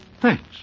Thanks